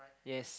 yes